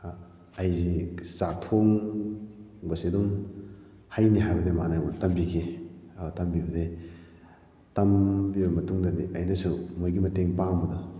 ꯑꯗꯨꯅ ꯑꯩꯁꯤ ꯆꯥꯛ ꯊꯣꯡꯕꯁꯤ ꯑꯗꯨꯝ ꯍꯩꯅꯤ ꯍꯥꯏꯕꯗꯒꯤ ꯑꯩꯈꯣꯏ ꯏꯃꯥꯅ ꯑꯩꯉꯣꯟꯗ ꯇꯝꯕꯤꯈꯤ ꯇꯝꯕꯤꯕꯗꯩ ꯇꯝꯕꯤꯕ ꯃꯇꯨꯡꯗꯗꯤ ꯑꯩꯅꯁꯨ ꯃꯣꯏꯒꯤ ꯃꯇꯦꯡ ꯄꯥꯡꯕꯗꯣ